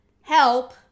help